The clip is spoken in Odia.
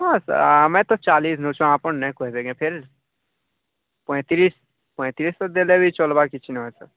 ହଁ ଆମେ ତ ଚାଳିଶ ନେଉଛୁ ଆପଣ ନାଇଁ କହିବେ କିି ଫେର୍ ପଇଁତିରିଶ ପଇଁତିରିଶ ତ ଦେଲେ ବି ଚଳିବ କିଛି ନାଇଁ ସାର୍